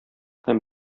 һәм